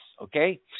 Okay